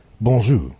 Bonjour